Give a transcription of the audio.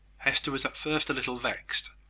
hester was at first a little vexed,